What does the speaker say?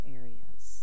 areas